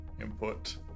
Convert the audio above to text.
input